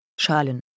Schalen